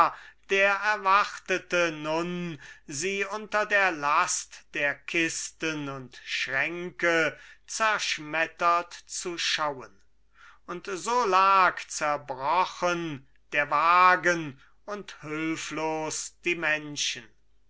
der erwartete nun sie unter der last der kisten und schränke zerschmettert zu schauen und so lag zerbrochen der wagen und hülflos die menschen